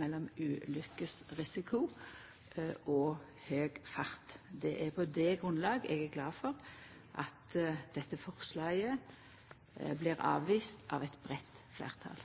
mellom ulykkesrisiko og høg fart er likevel vel dokumentert. Det er på det grunnlaget eg er glad for at dette forslaget blir avvist av eit breitt